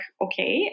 okay